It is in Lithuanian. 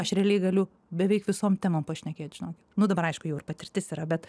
aš realiai galiu beveik visom temom pašnekėt žinokit nu dabar aišku jau ir patirtis yra bet